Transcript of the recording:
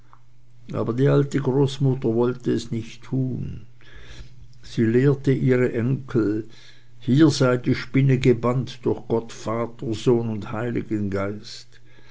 aber die alte großmutter wollte es nicht tun sie lehrte ihre enkel hier sei die spinne gebannt durch gott vater sohn und heiligen geist